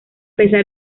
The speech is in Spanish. pesar